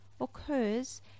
occurs